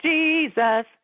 Jesus